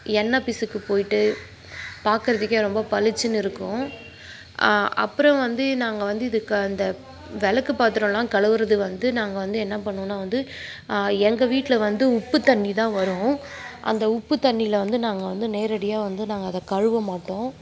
எண்ணெய் பிசுக்கு போய்விட்டு பார்க்குறதுக்கே ரொம்ப பளிச்சுனு இருக்கும் அப்புறம் வந்து நாங்கள் வந்து இதுக்கு அந்த விளக்கு பாத்திரலாம் கழுவுவதுக்கு வந்து நாங்கள் வந்து என்ன பண்ணுவோனால் வந்து எங்கள் வீட்டில் வந்து உப்பு தண்ணி தான் வரும் அந்த உப்பு தண்ணியில் வந்து நாங்கள் வந்து நேரடியாக வந்து நாங்கள் அதை கழுவ மாட்டோம்